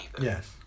yes